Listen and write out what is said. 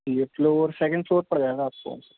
یہ floor second floor پڑ جائے گا آپ کو